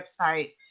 website